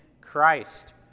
Christ